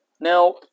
now